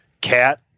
cat